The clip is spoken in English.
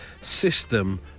System